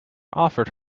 offered